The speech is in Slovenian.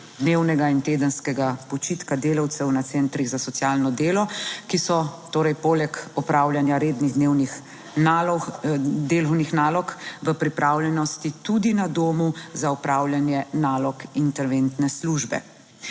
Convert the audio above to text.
dnevnega in tedenskega počitka delavcev na centrih za socialno delo, ki so torej poleg opravljanja rednih dnevnih nalog, delovnih nalog v pripravljenosti tudi na domu za opravljanje nalog interventne službe.